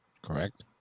Correct